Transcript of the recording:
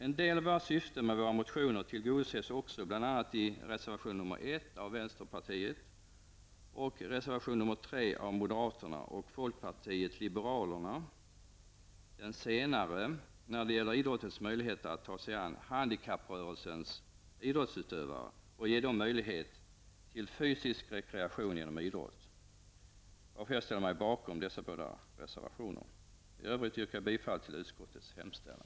En del av våra syften med motionerna tillgodoses också, bl.a. i reservation 1 av vänsterpartiet och reservation 3 av moderaterna och folkpartiet liberalerna -- den senare gäller idrottens möjligheter att ta sig an handikapprörelsens idrottsutövare och ge dem möjlighet till fysisk rekreation genom idrott -- varför jag ställer mig bakom dessa båda reservationer. I övrigt yrkar jag bifall till utskottets hemställan.